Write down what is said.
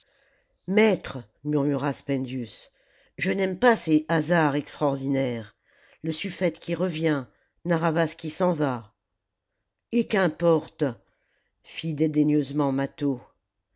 maître murmura spendius je n'aime pas ces hasards extraordinaires le suffete qui revient narr'havas qui s'en va eh i qu'importe fit dédaigneusement mâtho